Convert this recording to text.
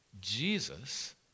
Jesus